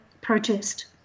protest